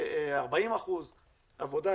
40% עבודה.